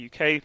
uk